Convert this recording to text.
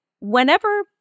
whenever